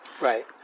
right